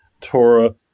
Torah